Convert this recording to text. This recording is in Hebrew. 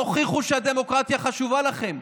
תוכיחו שהדמוקרטיה חשובה לכם.